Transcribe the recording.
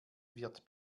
wird